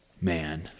man